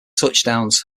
touchdowns